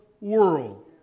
world